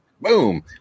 boom